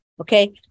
okay